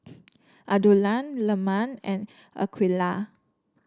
Abdullah Leman and Aqeelah